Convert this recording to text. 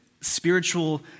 spiritual